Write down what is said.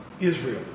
Israel